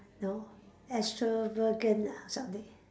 no extravagant ah something